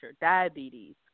diabetes